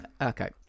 Okay